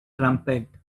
trumpet